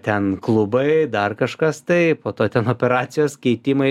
ten klubai dar kažkas tai po to ten operacijos keitimai